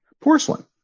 porcelain